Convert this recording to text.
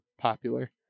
popular